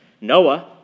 Noah